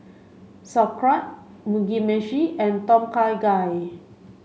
Sauerkraut Mugi meshi and Tom Kha Gai